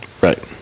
Right